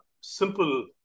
simple